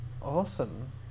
Awesome